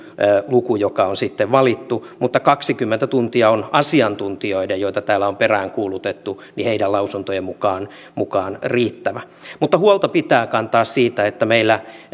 luku joka on sitten valittu mutta kaksikymmentä tuntia on asiantuntijoiden joita täällä on peräänkuulutettu lausuntojen mukaan mukaan riittävä mutta huolta pitää kantaa siitä että meillä